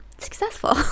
successful